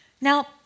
Now